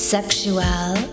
Sexual